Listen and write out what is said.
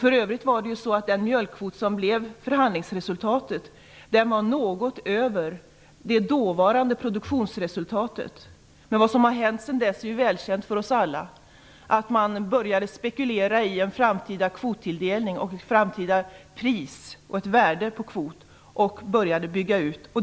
För övrigt var det så att den mjölkkvot som blev förhandlingsresultatet var något över den dåvarande produktionsnivån. Vad som därefter har hänt är välkänt för oss alla, dvs. att man började spekulera i en framtida kvottilldelning, framtida pris och värde på kvoten och sedan började bygga ut.